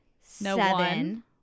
seven